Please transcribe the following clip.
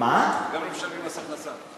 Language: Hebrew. גם לא משלמים מס הכנסה.